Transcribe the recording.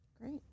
Great